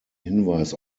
hinweis